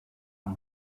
and